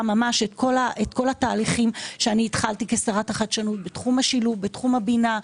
את כל התהליכים שהתחלתי כשרת התחרות בתחום השילוב והבינה,